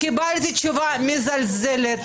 -- קיבלתי תשובה מזלזלת,